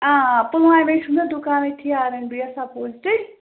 آ آ پُلوامے چھُ مےٚ دُکان أتۍتھٕے آر ایٚنڈ بِی یَسس اَپوزٹٕے